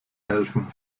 helfen